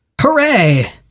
Hooray